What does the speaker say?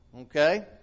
okay